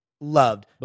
loved